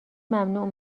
ممنوع